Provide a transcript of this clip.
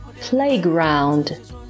playground